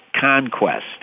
Conquest